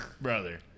Brother